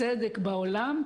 צדק שבעולם,